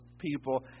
People